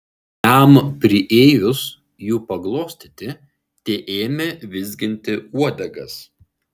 jam priėjus jų paglostyti tie ėmė vizginti uodegas